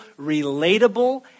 relatable